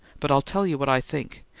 but i'll tell you what i think,